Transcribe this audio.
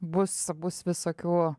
bus bus visokių